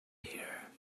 here